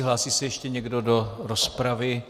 Hlásí se ještě někdo do rozpravy?